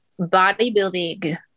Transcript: bodybuilding